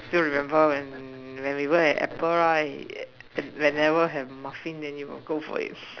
still remember when when we work at apple right whenever have muffin then you'll go for it